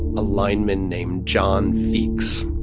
a lineman named john feeks,